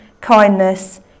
kindness